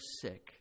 sick